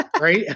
right